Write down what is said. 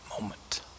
moment